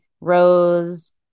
rose